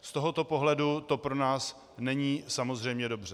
Z tohoto pohledu to pro nás není samozřejmě dobře.